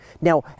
Now